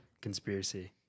conspiracy